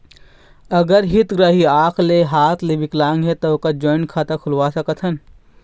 अगर हितग्राही आंख ले हाथ ले विकलांग हे ता ओकर जॉइंट खाता खुलवा सकथन?